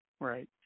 right